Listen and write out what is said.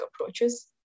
approaches